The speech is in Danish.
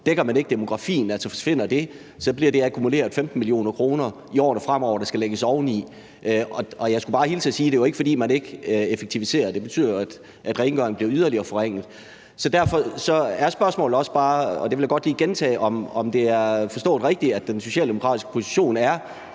Dækker man ikke demografien, altså forsvinder dét, bliver det, akkumuleret, 15 mio. kr., der skal lægges oveni i årene fremover, og jeg skal bare hilse og sige, at det ikke var, fordi man ikke effektiviserede. Det betyder jo, at rengøringen bliver yderligere forringet. Derfor er spørgsmålet også bare – og det vil jeg gerne lige gentage – om det er rigtigt forstået, at den socialdemokratiske position er,